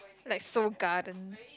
like Seoul-Garden